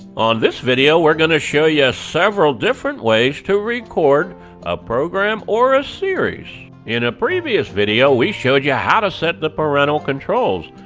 on this video we're going to show you several different ways to record a program, or a series. in a previous video, we showed you how to set the parental controls.